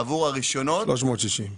עבור הרשיונות 360,